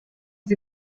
sie